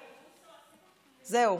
זהו.